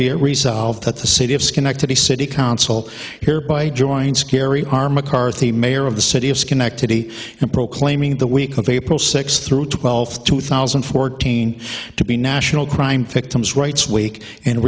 peer resolved at the city of schenectady city council hereby joins carry our mccarthy mayor of the city of schenectady and proclaiming the week of april sixth through twelfth two thousand and fourteen to be national crime victims rights week and